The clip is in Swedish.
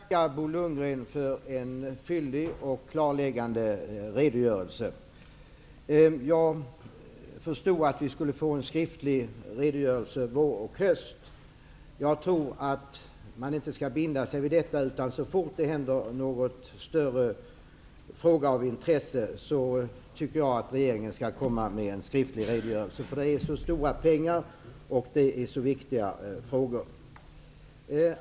Fru talman! Jag vill tacka Bo Lundgren för en fyllig och klarläggande redogörelse. Jag förstod att vi skulle få en skriftlig redogörelse vår och höst. Jag tror inte att man skall binda sig vid det. Så fort det händer något av större intresse tycker jag att regeringen skall komma med en skriftlig redogörelse. Det gäller så stora pengar och så viktiga frågor.